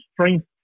strength